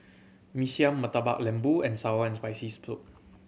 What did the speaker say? Mee Siam Murtabak Lembu and sour and Spicy Soup